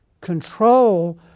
control